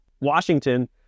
Washington